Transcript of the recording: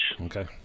Okay